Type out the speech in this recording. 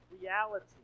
reality